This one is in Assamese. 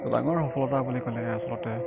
ডাঙৰ সফলতা বুলি ক'লে আচলতে